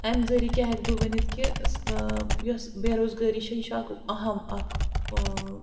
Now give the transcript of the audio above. اَمہِ ذٔریعہٕ کیاہ ہیٚکہٕ بہٕ ؤنِتھ کہِ یۄس بے روزگٲری چھےٚ یہِ چھُ اکھ اَہم اکھ